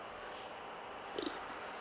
err